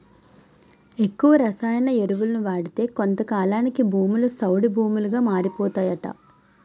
ఎక్కువ రసాయన ఎరువులను వాడితే కొంతకాలానికి భూములు సౌడు భూములుగా మారిపోతాయట